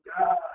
God